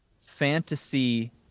fantasy